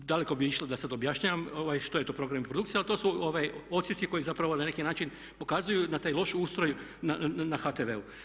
Daleko bi išlo da sad objašnjavam što je to program i produkcija, ali to su odsjeci koji zapravo na neki način pokazuju na taj loš ustroj na HTV-u.